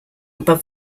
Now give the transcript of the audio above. above